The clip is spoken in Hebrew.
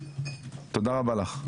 תודה רבה לך.